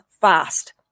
fast